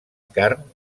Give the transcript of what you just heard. carn